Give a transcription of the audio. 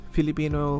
Filipino